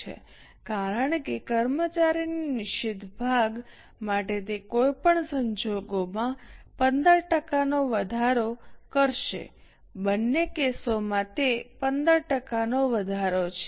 છે કારણ કે કર્મચારીના નિશ્ચિત ભાગ માટે તે કોઈ પણ સંજોગોમાં 15 ટકાનો વધારો કરશે બંને કેસોમાં તે 15 ટકાનો વધારો છે